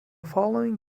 following